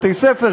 בתי-ספר,